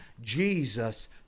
Jesus